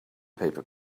paper